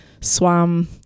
Swam